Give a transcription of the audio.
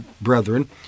brethren